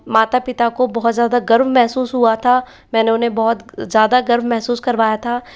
माता पिता को बहुत ज़्यादा गर्व महसूस हुआ था मैंने उन्हें बहुत ज़्यादा गर्व महसूस करवाया था